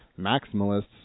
maximalists